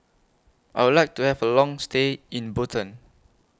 I Would like to Have A Long stay in Bhutan